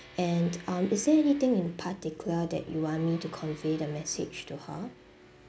and um is there anything in particular that you want me to convey the message to her